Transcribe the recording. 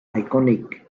iconic